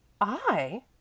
I